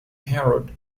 herald